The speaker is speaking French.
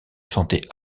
sentait